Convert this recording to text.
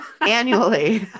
annually